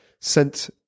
sent